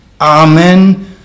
Amen